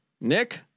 Nick